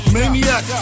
Maniac